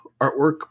artwork